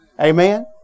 Amen